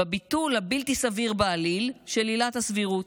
בביטול הבלתי-סביר בעליל של עילת הסבירות,